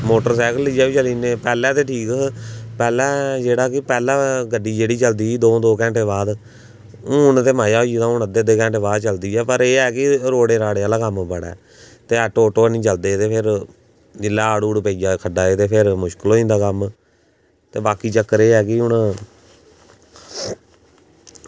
motorcycle लेइयै बी चली जन्ने पैह्लें ते ठीक हे पैह्लें कि जेह्ड़ी गड्डी चलदी ही दौ दौ घैंटें दे बाद हून ते मज़ा होई गेदा हून अद्धे अद्धे घैंटे दे बाद चलदी ऐ पर एह् एह् ऐ की रोड़े आह्ला कम्म बड़ा ऐ ऑटो हैनी चलदे फिर जेल्लै हाड़ पेई जा खड्डे ते खराब होई जंदा कम्म ते बाकी चक्कर एह् ऐ कि हून